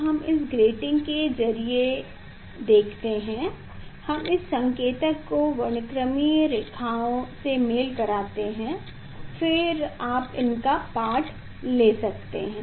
जब हम इस ग्रेटिंग के जरिये देखते हैं हम इस संकेतक को वर्णक्रमीय रेखाओं से मेल कराते हैं फिर आप इनका पाठ ले सकते हैं